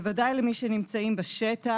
ודאי לנמצאים בשטח,